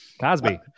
cosby